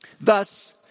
Thus